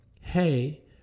hey